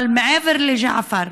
אבל מעבר לג'עפר,